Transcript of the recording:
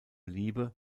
liebe